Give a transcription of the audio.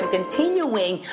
continuing